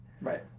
Right